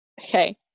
Okay